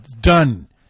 done